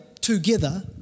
together